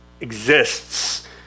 exists